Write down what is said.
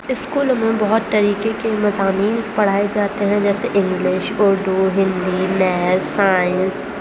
اسکولوں میں بہت طریقے کے مضامینس پڑھائے جاتے ہیں جیسے English Urdu Hindi math science